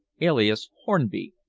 alias hornby,